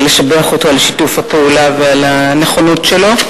ולשבח אותו על שיתוף הפעולה ועל הנכונות שלו,